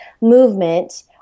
movement